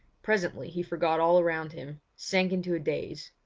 presently he forgot all around him, sank into a daze,